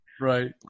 Right